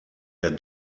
der